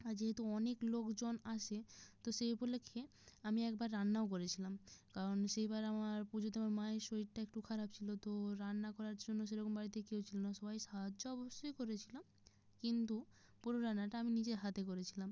আর যেহেতু অনেক লোকজন আসে তো সেই উপলক্ষে আমি একবার রান্নাও করেছিলাম কারণ সেইবার আমার পুজো দেওয়ায় মায়ের শরীরটা একটু খারাপ ছিল তো রান্না করার জন্য সেরকম বাড়িতে কেউ ছিল না সবাই সাহায্য অবশ্যই করেছিল কিন্তু পুরো রান্নাটা আমি নিজের হাতে করেছিলাম